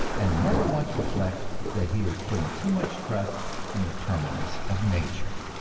and never once reflect that he is putting too much trust in the permanence of nature.